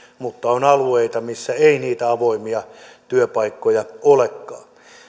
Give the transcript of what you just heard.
mutta on alueita missä ei niitä avoimia työpaikkoja olekaan